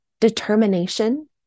Determination